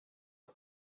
ubu